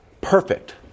perfect